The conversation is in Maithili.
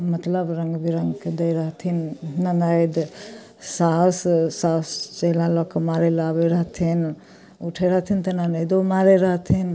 मतलब रङ्ग बिरङ्गके दै रहथिन ननदि सासु सासु चेरा लअके मारय लए आबय रहथिन उठय रहथिन तऽ ननदियो मारय रहथिन